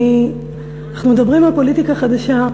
אנחנו מדברים על פוליטיקה חדשה,